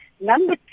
Number